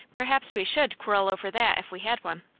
perhaps we should quarrel over that if we had one.